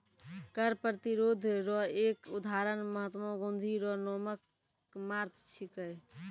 कर प्रतिरोध रो एक उदहारण महात्मा गाँधी रो नामक मार्च छिकै